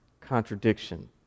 contradiction